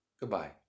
goodbye